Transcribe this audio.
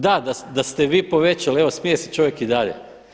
Da, da ste vi povećali, evo smije se čovjek i dalje.